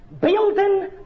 Building